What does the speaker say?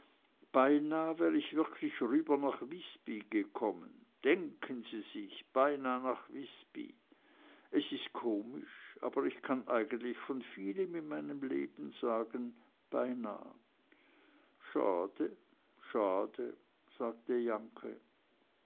beinahe wär ich wirklich rüber nach wisby gekommen denken sie sich beinahe nach wisby es ist komisch aber ich kann eigentlich von vielem in meinem leben sagen beinah schade schade sagte jahnke